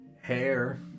hair